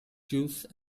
juice